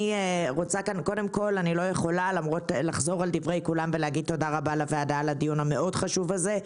אני רוצה להגיד תודה רבה לוועדה על הדיון המאוד חשוב הזה,